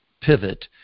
pivot